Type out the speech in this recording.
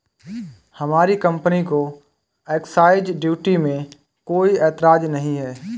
हमारी कंपनी को excise duty देने में कोई एतराज नहीं है